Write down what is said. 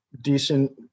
decent